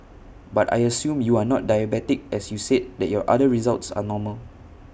but I assume you are not diabetic as you said that your other results are normal